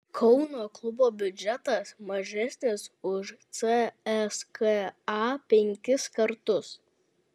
kauno klubo biudžetas mažesnis už cska penkis kartus